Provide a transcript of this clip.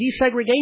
desegregation